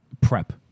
prep